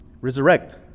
resurrect